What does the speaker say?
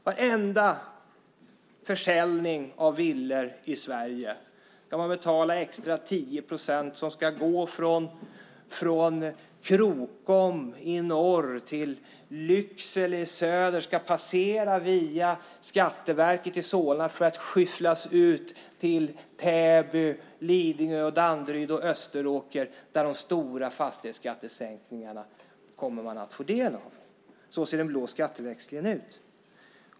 Vid varenda försäljning av villor i Sverige ska man betala 10 procent extra som ska gå från Krokom i norr till Lycksele i söder och passera via Skatteverket i Solna för att skyfflas ut till Täby, Lidingö, Danderyd och Österåker där man kommer att få del av de stora fastighetsskattesänkningarna. Så ser den blå skatteväxlingen ut.